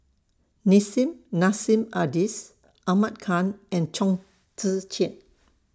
Nissim Nassim Adis Ahmad Khan and Chong Tze Chien